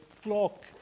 flock